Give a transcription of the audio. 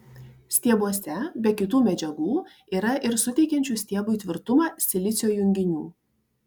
stiebuose be kitų medžiagų yra ir suteikiančių stiebui tvirtumą silicio junginių